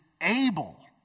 able